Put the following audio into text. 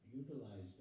utilize